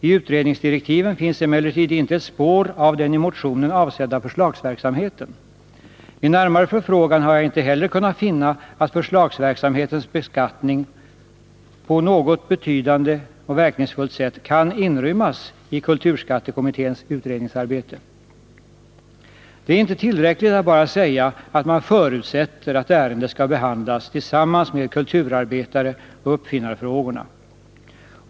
I utredningsdirektiven finns emellertid inte ett spår av den i motionen avsedda förslagsverksamheten. Vid närmare förfrågan har jag inte heller kunnat finna att förslagsverksamhetens beskattning på något betydande och verkningsfullt sätt kan inrymmas i kulturskattekommitténs utredningsarbete. Det är inte tillräckligt att bara säga att man förutsätter att ärendet skall behandlas tillsammans med kulturarbetaroch uppfinnarfrågorna.